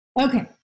okay